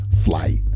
flight